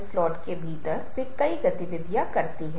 कालीपूजा उनके लिए क्या संकेत देती है